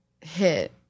hit